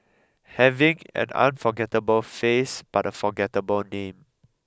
having an unforgettable face but a forgettable name